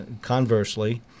conversely